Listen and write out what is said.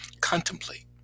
Contemplate